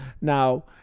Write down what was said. Now